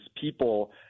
people